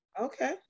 Okay